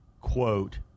quote